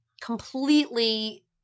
completely